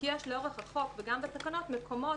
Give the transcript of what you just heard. כי יש לאורך החוק וגם בתקנות מקומות